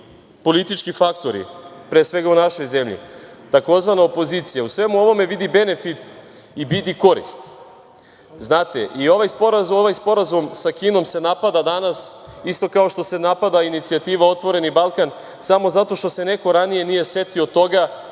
politički faktori, pre svega u našoj zemlji, tzv. opozicija u svemu ovome vidi benefit i korist. Znate, i ovaj Sporazum sa Kinom se napada danas isto kao što se napada inicijativa „Otvoreni Balkan“, samo zato što se neko ranije nije setio toga